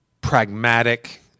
pragmatic